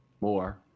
More